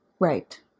Right